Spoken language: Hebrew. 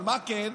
אבל מה כן?